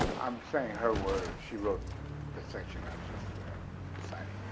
i'm saying her words, she wrote the section i just was reciting,